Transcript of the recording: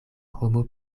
homo